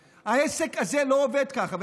זה לא עובד כך,